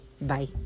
Bye